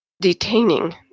Detaining